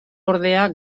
ordea